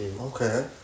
Okay